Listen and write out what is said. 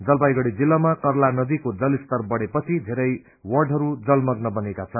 जलपाईगड़ी जिल्लामा करला नदीको जलस्तर बढ़ेपछि धेरै वाडहरू जलमग्न बनेका छन्